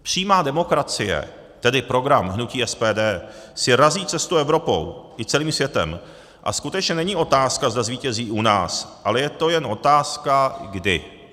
Přímá demokracie, tedy program hnutí SPD, si razí cestu Evropou i celým světem a skutečně není otázka, zda zvítězí u nás, ale je to jen otázka kdy.